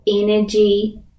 energy